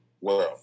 world